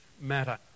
matter